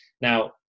Now